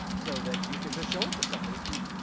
so that you can just show it to somebody who,